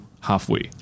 Halfway